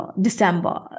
December